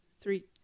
Three